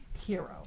hero